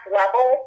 level